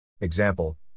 Example